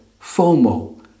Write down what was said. FOMO